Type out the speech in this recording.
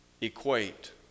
equate